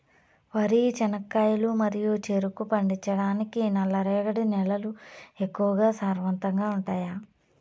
వరి, చెనక్కాయలు మరియు చెరుకు పండించటానికి నల్లరేగడి నేలలు ఎక్కువగా సారవంతంగా ఉంటాయా?